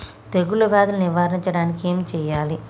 తెగుళ్ళ వ్యాధులు నివారించడానికి ఏం చేయాలి?